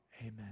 amen